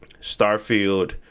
starfield